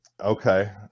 Okay